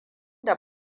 da